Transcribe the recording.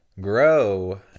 grow